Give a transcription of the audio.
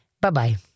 bye-bye